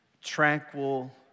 tranquil